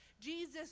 Jesus